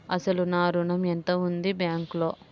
అసలు నా ఋణం ఎంతవుంది బ్యాంక్లో?